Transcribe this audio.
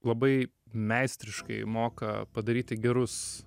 labai meistriškai moka padaryti gerus